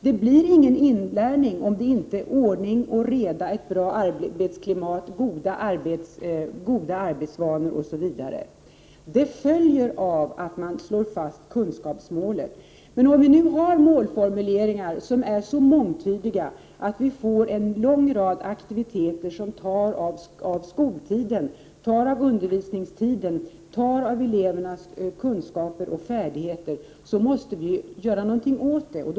Det blir ingen inlärning om det inte är ordning och reda samt ett bra arbetsklimat och goda arbetsvanor. Detta följer av att man lyfter fram kunskapsmålet. Om vi nu har målformuleringar som är så mångtydiga att vi får en lång rad aktiviteter som tar av skoltiden, tar av undervisningstiden och tar av elevernas kunskaper och färdigheter, då måste vi göra någonting åt detta.